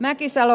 mäkisalo